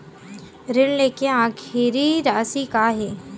ऋण लेके आखिरी राशि का हे?